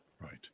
Right